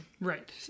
Right